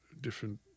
different